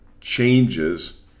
changes